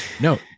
No